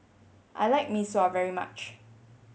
I like Mee Sua very much